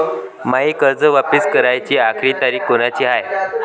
मायी कर्ज वापिस कराची आखरी तारीख कोनची हाय?